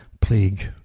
plague